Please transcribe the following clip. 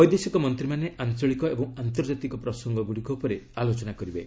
ବୈଦେଶିକ ମନ୍ତ୍ରୀମାନେ ଆଞ୍ଚଳିକ ଏବଂ ଆନ୍ତର୍ଜାତିକ ପ୍ରସଙ୍ଗ ଉପରେ ଆଲୋଚନା କରିବେ